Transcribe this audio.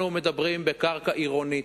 אנחנו מדברים על קרקע עירונית,